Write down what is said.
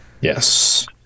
Yes